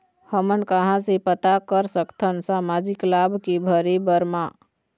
हमन कहां से पता कर सकथन सामाजिक लाभ के भरे बर मा?